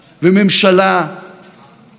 שעובדת למענכם ובשירותכם?